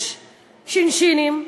יש שינשינים,